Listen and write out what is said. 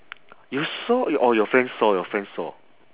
you saw or your friends saw your friends saw